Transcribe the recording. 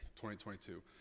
2022